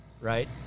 Right